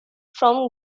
from